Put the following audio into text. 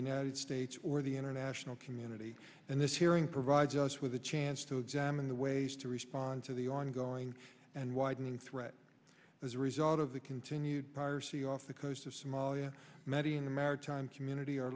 united states or the international community and this hearing provides us with a chance to examine the ways to respond to the ongoing and widening threat as a result of the continued piracy off the coast of somalia many in the maritime community